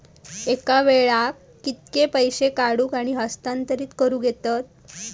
एका वेळाक कित्के पैसे काढूक व हस्तांतरित करूक येतत?